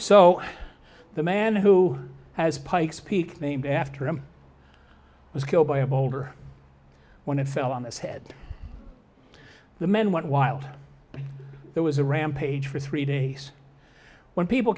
so the man who has pikes peak named after him was killed by a boulder when it fell on this head the men went wild but there was a rampage for three days when people